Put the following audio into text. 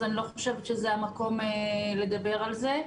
אז אני לא חושבת שזה המקום לדבר על זה.